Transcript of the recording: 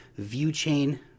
ViewChain